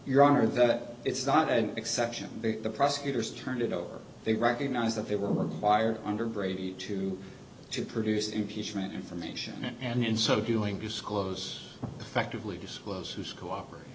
your honor that it's not an exception big the prosecutors turned it over they recognize that they were fired under brady to to produce impeachment information and in so doing disclose affectively disclose who's cooperating